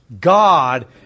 God